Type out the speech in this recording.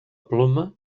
ploma